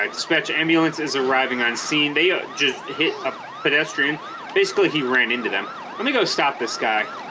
right dispatch ambulance is arriving on scene they ah just hit a pedestrian basically he ran into them let me go stop this guy